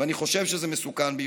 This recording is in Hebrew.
"ואני חושב שזה מסוכן ביותר,